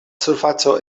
surfaco